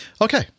Okay